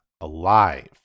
alive